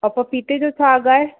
प पपीते जो छा अघु आहे